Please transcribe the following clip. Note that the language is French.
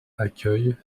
accueille